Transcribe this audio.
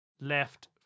left